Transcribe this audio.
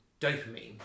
dopamine